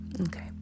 Okay